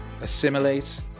assimilate